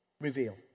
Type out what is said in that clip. reveal